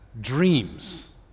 dreams